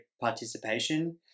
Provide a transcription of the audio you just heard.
participation